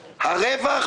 הרווח,